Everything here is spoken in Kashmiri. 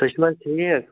تُہۍ چھُو حظ ٹھیٖک